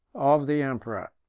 of the emperor.